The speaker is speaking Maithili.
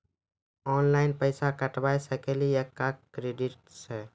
ऑनलाइन पैसा कटवा सकेली का क्रेडिट कार्ड सा?